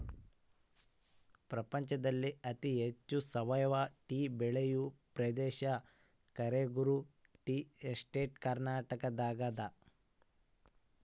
ಪ್ರಪಂಚದಲ್ಲಿ ಅತಿ ಹೆಚ್ಚು ಸಾವಯವ ಟೀ ಬೆಳೆಯುವ ಪ್ರದೇಶ ಕಳೆಗುರು ಟೀ ಎಸ್ಟೇಟ್ ಕರ್ನಾಟಕದಾಗದ